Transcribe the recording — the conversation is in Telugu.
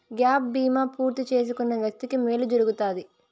గ్యాప్ బీమా పూర్తి చేసుకున్న వ్యక్తికి మేలు జరుగుతాది